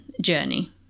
journey